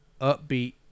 upbeat